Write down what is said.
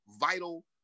vital